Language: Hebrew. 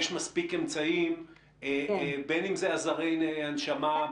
יש מספיק אמצעים בין אם זה עזרי הנשמה,